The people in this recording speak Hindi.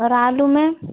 और आलू मेम